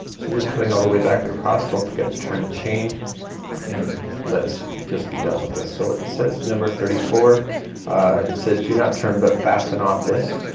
so just coming all the way back and across don't forget the turning chain and let's just be done with this. so it says number thirty four ah, it says do not turn but fasten off this.